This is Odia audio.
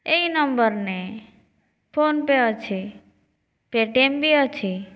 ଏହି ନମ୍ବର ନେ ଫୋନ ପେ ଅଛି ପେଟିଏମ୍ ବି ଅଛି